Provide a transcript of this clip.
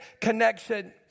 connection